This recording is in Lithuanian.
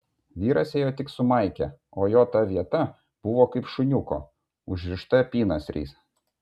vyras ėjo tik su maike o jo ta vieta buvo kaip šuniuko užrišta apynasriais